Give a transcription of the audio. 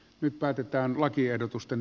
nyt päätetään lakiehdotusten